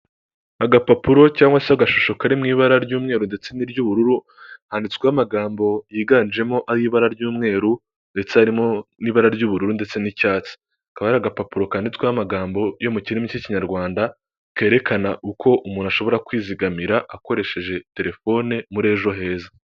Agapapuro cyangwa se agashusho kari mu ibara ry'umweru ndetse n'iy'ubururu handitsweho amagambo yiganjemo ay'ibara ry'umweru, ndetse harimo n'ibara ry'ubururu ndetse n'icyatsi kaba ari agapapuro kaninitsweho'amagambo yo mu kinrimi cy'ikinyarwanda kerekana uko umuntu ashobora kwizigamira akoresheje telefone muri ejo heza.